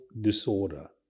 disorder